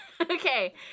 Okay